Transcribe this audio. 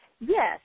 Yes